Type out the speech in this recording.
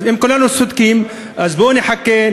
אז אם כולנו צודקים אז בואו נחכה,